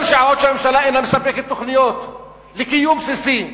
כל עוד הממשלה אינה מספקת תוכניות לקיום בסיסי.